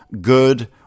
good